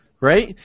right